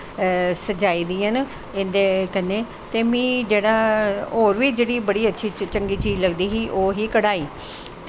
सजाई दियां न इं'दे कन्नै ते में होर बी जेह्ड़ी अच्छी चंगी चीज लगदी ही ओह् ही कढ़ाही